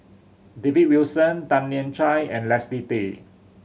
David Wilson Tan Lian Chye and Leslie Tay